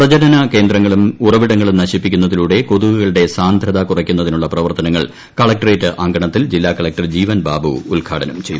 പ്രജനന കേന്ദ്രങ്ങളും ഉറവിടങ്ങളും നശിപ്പിക്കുന്നതിലൂടെ കൊതുകുകളുടെ സാന്ദ്രത കുറക്കുന്നതിനുള്ള പ്രവർത്തനങ്ങൾ കലക്ടറേറ്റ് അങ്കണത്തിൽ ജില്ലാകലക്ടർ ജീവൻ ബാബു ഉദ്ഘാടനം ചെയ്തു